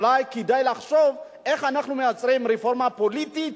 אולי כדאי לחשוב איך אנחנו מייצרים רפורמה פוליטית